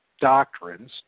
doctrines